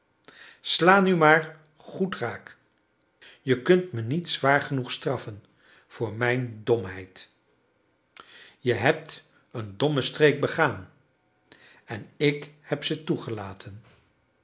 sla nu maar goed raak je kunt me niet zwaar genoeg straffen voor mijn domheid je hebt een domme streek begaan en ik heb ze toegelaten